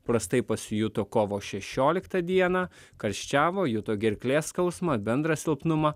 prastai pasijuto kovo šešioliktą dieną karščiavo juto gerklės skausmą bendrą silpnumą